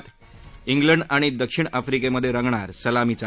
Uganda आणि दक्षिण आफ्रिकेमध्ये रंगणार सलामीचा